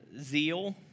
zeal